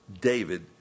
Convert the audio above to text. David